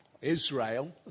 Israel